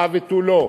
הא ותו לא.